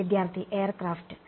വിദ്യാർത്ഥി എയർക്രാഫ്റ്റ്